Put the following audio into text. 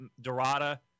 Dorada